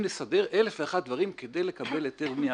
לסדר אלף ואחד דברים כדי לקבל היתר בניה.